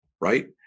right